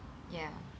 ya